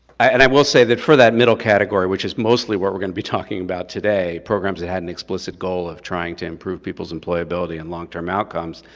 and i will say for that middle category, which is mostly what we're going to be talking about today, programs that had an explicit goal of trying to improve people's employability and long term outcomes.